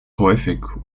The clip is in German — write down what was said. häufig